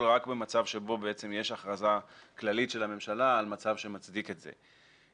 רק במצב שבו יש הכרזה כללית של הממשלה על מצב שמצדיק את זה.